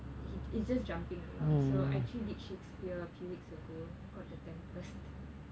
it it's just jumping around so I actually did shakespeare a few weeks ago called the tempest